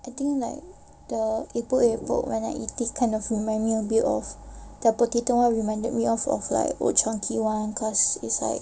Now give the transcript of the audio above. I think like the epok-epok when I eat it kind of remind me a bit of the potato one reminded me of of like old chang kee [one] cause it's like